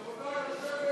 חברי הכנסת,